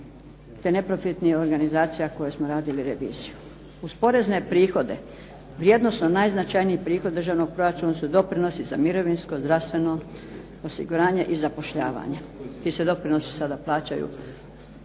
te neprofitnih organizacija koje smo radili reviziju. Uz porezne prihode, vrijednosno najznačajniji prihod državnog proračuna su doprinosi za mirovinsko, zdravstveno osiguranje i zapošljavanje. Ti se doprinosi sada plaćaju